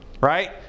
Right